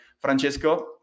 Francesco